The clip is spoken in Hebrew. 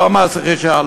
לא מס רכישה,